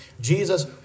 Jesus